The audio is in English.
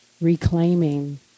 reclaiming